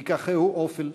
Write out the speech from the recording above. ייקחהו אופל,